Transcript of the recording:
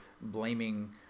blaming